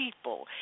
people